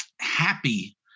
happy